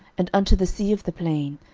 and unto the sea of the plain,